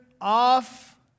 off